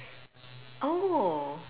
oh